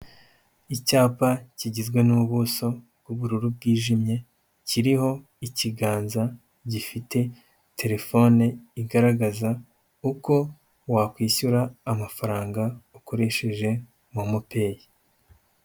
Icyapa kigizwe n'ubuso bw'ubururu bwijimye, kiriho ikiganza gifite telefone igaragaza uko wakwishyura amafaranga ukoresheje momo peyi.